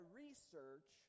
research